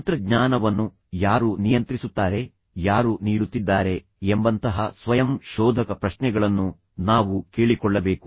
ತಂತ್ರಜ್ಞಾನವನ್ನು ಯಾರು ನಿಯಂತ್ರಿಸುತ್ತಾರೆ ಯಾರು ನೀಡುತ್ತಿದ್ದಾರೆ ಎಂಬಂತಹ ಸ್ವಯಂ ಶೋಧಕ ಪ್ರಶ್ನೆಗಳನ್ನು ನಾವು ಕೇಳಿಕೊಳ್ಳಬೇಕು